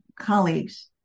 colleagues